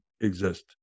exist